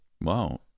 wow